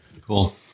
Cool